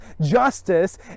justice